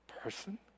person